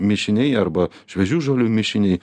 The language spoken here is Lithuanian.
mišiniai arba šviežių žolių mišiniai